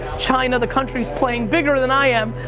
china the country's playing bigger than i am,